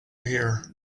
here